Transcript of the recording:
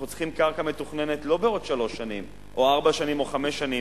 אנחנו צריכים קרקע מתוכננת לא בעוד שלוש שנים או ארבע שנים או חמש שנים,